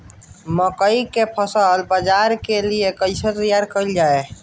मकई के फसल बाजार के लिए कइसे तैयार कईले जाए?